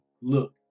look